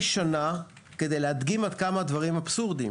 כדי להדגים עד כמחה הדברים אבסורדיים